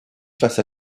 face